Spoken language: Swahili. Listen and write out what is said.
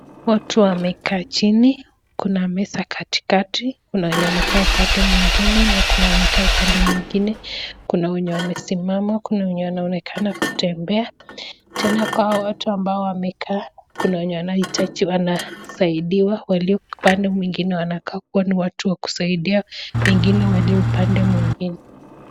Watu wamekaa chini, kuna meza katikati, kuna wenye wamekaa upande mwingine na kuna wenye wamekaa upande mwingine. Kuna wenye wamesimama, kuna wenye wanaonekana kutembea, tena kwa hao watu ambao wamekaa kuna wenye wanasaidiwa, walio pande mwingine wanakaa kuwa ni watu wa kusaidia wengine walio pande mwingine.